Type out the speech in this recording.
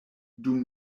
dum